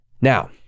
Now